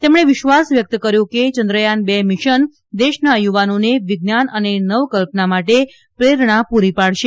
તેમણે વિશ્વાસ વ્યકત કર્યો હતો કે ચંદ્રયાન ર મિશન દેશના યુવાનોને વિજ્ઞાન અને નવકલ્પના માટે પ્રેરણા પુરી પાડશે